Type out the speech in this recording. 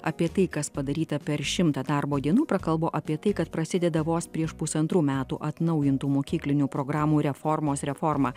apie tai kas padaryta per šimtą darbo dienų prakalbo apie tai kad prasideda vos prieš pusantrų metų atnaujintų mokyklinių programų reformos reforma